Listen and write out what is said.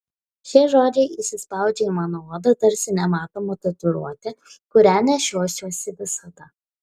šie žodžiai įsispaudžia į mano odą tarsi nematoma tatuiruotė kurią nešiosiuosi visada